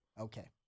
Okay